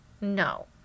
No